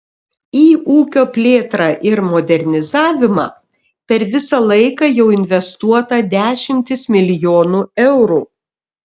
į ūkio plėtrą ir modernizavimą per visą laiką jau investuota dešimtys milijonų eurų